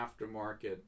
aftermarket